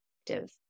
active